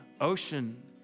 ocean